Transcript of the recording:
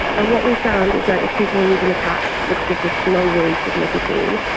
and what we found is that if people were using the patch which gives a slow-release of nicotine,